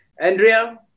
andrea